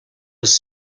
was